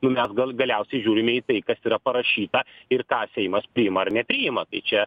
nu mes gal galiausiai žiūrime į tai kas yra parašyta ir ką seimas priima ar nepriima tai čia